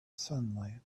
sunlight